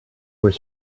were